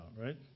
right